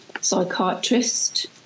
psychiatrist